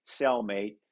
cellmate